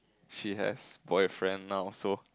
she has boyfriend now so